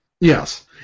Yes